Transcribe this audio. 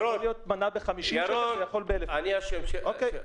יכולה להיות מנה ב-50 שקלים ויכול להיות ב-1,000 שקלים.